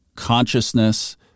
consciousness